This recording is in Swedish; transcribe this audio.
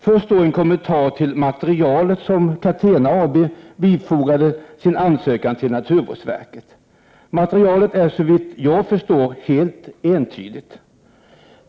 Först vill jag göra en kommentar till det material som Catena AB bifogade sin ansökan till naturvårdsverket. Materialet är, så vitt jag förstår, helt entydigt.